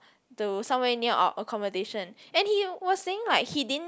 to somewhere near our accomodation and he was saying like he didn't